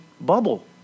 bubble